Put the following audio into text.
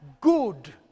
good